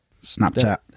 snapchat